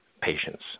patients